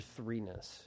threeness